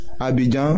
Abidjan